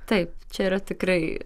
taip čia yra tikrai